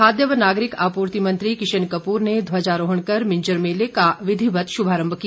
खाद्य व नागरिक आपूर्ति मंत्री किशन कपूर ने ध्वजारोहण कर मिंजर मेले का विधिवत शुभारम्भ किया